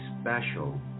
special